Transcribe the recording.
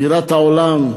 בירת העולם,